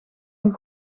een